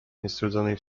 niestrudzonej